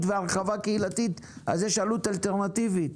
והרחבה קהילתית אז יש עלות אלטרנטיבית,